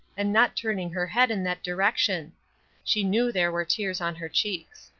and not turning her head in that direction she knew there were tears on her cheeks.